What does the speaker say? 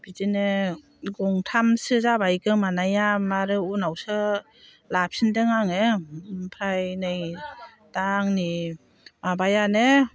बिदिनो गंथामसो जाबाय गोमानाया आरो उनावसो लाफिनदों आङो ओमफ्राय नै दा आंनि माबायानो